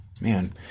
Man